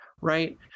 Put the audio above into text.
right